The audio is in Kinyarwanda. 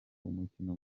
umukino